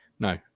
No